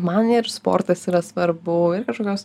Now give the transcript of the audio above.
man ir sportas yra svarbu ir kažkokios